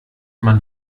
man